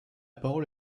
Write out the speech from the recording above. parole